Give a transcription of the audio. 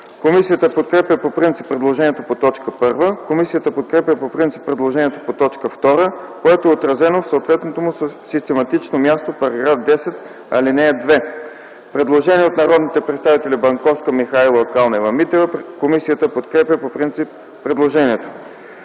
Комисията подкрепя по принцип предложението по т. 1. Комисията подкрепя по принцип предложението по т. 2, което е отразено на съответното му систематично място в § 10, ал. 2. Предложение от народните представители Банковска, Михайлова, Калнева-Митева. Комисията подкрепя по принцип предложението.